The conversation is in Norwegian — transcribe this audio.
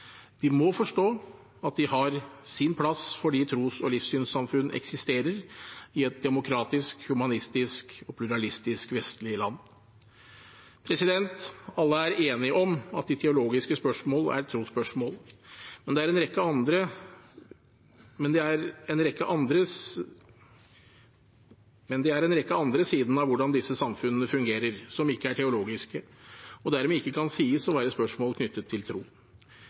De må forstå at de har sin plass fordi tros- og livssynssamfunn eksisterer i et demokratisk, humanistisk og pluralistisk vestlig land. Alle er enige om at de teologiske spørsmålene er trosspørsmål. Men det er en rekke andre sider ved hvordan disse samfunnene fungerer som ikke er teologiske og dermed ikke kan sies å være spørsmål knyttet til tro.